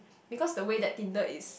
because the way that Tinder is